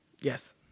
yes